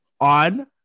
on